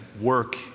work